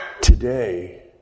today